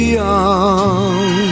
young